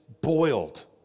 boiled